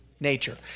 Nature